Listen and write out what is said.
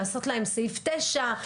לעשות להם סעיף 9,